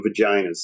Vaginas